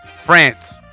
France